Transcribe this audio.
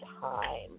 time